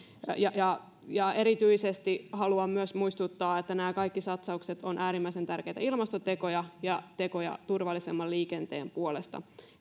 ja ja erityisesti haluan myös muistuttaa että nämä kaikki satsaukset ovat äärimmäisen tärkeitä ilmastotekoja ja tekoja turvallisemman liikenteen puolesta